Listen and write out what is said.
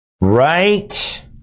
Right